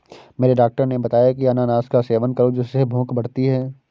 मेरे डॉक्टर ने बताया की अनानास का सेवन करो जिससे भूख बढ़ती है